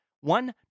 one